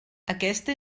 aquesta